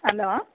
hello